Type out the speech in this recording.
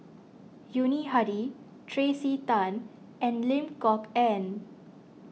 Yuni Hadi Tracey Tan and Lim Kok Ann